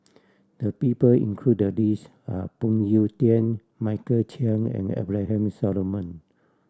the people included the list are Phoon Yew Tien Michael Chiang and Abraham Solomon